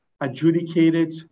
adjudicated